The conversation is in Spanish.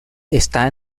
está